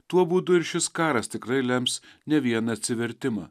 tuo būdu ir šis karas tikrai lems ne vieną atsivertimą